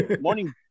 morning